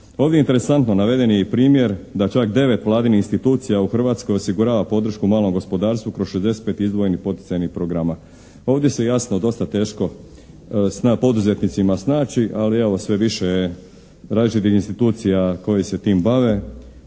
Ovdje je interesantno naveden je i primjer da čak 8 vladinih institucija u Hrvatskoj osigurava podršku malom gospodarstvo kroz 65 izdvojenih poticajnih programa. Ovdje se jasno dosta teško poduzetnicima snaći, ali evo sve više je različitih institucija koje se tim bave,